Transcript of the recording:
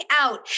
out